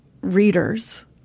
readers